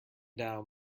down